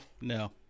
no